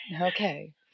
Okay